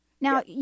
now